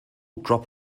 drop